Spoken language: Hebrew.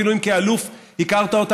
אפילו אם כאלוף הכרת אותה,